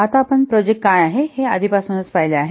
आता आपण प्रोजेक्ट काय आहे हे आधीपासूनच पाहिले आहे